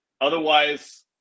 Otherwise